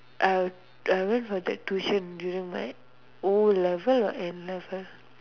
I I went for that tuition during like my O-level or N-level